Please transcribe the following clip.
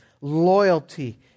loyalty